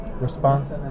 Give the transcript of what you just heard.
response